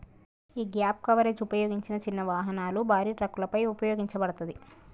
యీ gap coverage ఉపయోగించిన చిన్న వాహనాలు, భారీ ట్రక్కులపై ఉపయోగించబడతాది